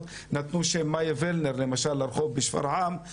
נתנו שם 'מיה ולנר' למשל לרחוב בשפרעם,